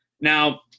Now